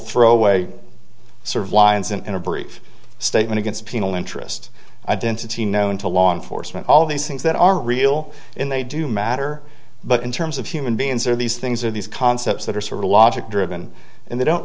throwaway sort of lines in a brief statement against people interest identity known to law enforcement all these things that are real and they do matter but in terms of human beings are these things are these concepts that are sort of logic driven and they don't